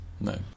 No